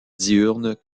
diurne